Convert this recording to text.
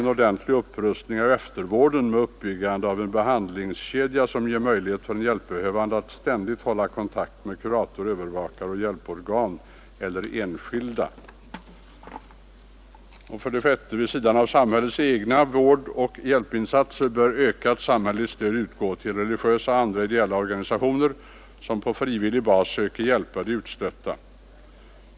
Ordentlig upprustning av eftervården med uppbyggande av en ”behandlingskedja”, som ger möjlighet för den hjälpbehövande att ständigt hålla kontakt med kurator, övervakare och andra hjälporgan eller enskilda. 6. Vid sidan av samhällets egna vårdoch hjälpinsatser bör ökat samhälleligt stöd utgå till religiösa och andra ideella organisationer, som på frivillig bas söker hjälpa ”de utstötta”.